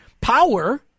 power